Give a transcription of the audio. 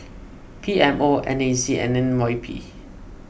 P M O N A C and N Y P